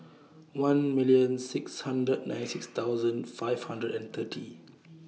one million six hundred ninety six thousand five hundred and thirty